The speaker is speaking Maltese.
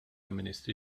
ministri